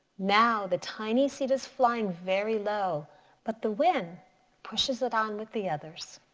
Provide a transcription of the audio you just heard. now the tiny seed is flying very low but the wind pushes it on with the others.